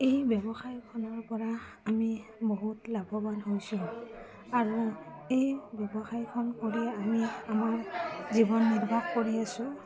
এই ব্যৱসায়খনৰপৰা আমি বহুত লাভৱান হৈছোঁ আৰু এই ব্যৱসায়খন কৰি আমি আমাৰ জীৱন নিৰ্বাহ কৰি আছো